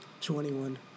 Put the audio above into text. Twenty-one